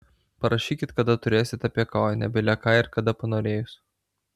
parašykit kada turėsit apie ką o ne bile ką ir kada panorėjus